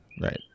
Right